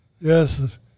yes